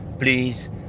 Please